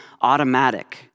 automatic